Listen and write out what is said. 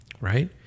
right